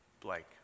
Blake